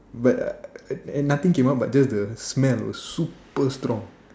but uh nothing came out but just the smell super strong